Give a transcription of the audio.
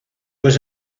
was